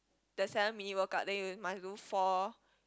the seven minute workout then you must do four